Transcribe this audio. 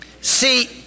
See